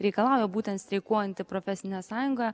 reikalauja būtent streikuojanti profesinė sąjunga